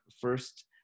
first